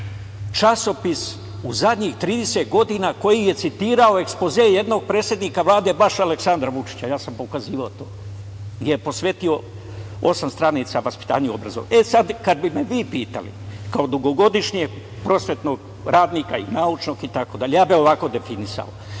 časopis u zadnjih 30 godina koji je citirao ekspoze jednog predsednika Vlade, baš Aleksandra Vučića. Ja sam pokazivao to. Posvetio je osam stranica vaspitanju i obrazovanju.E, sada, kada bi me vi pitali kao dugogodišnjeg prosvetnog radnika i naučnog, itd. ja bih ovako definisao.